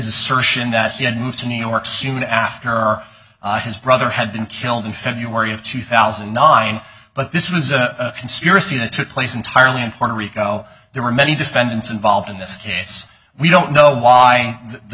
assertion that he had moved to new york soon after or his brother had been killed in february of two thousand and nine but this was a conspiracy that took place entirely in puerto rico there were many defendants involved in this case we don't know why the